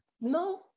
No